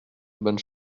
bonne